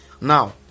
now